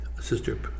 Sister